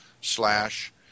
slash